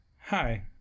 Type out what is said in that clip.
Hi